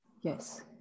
Yes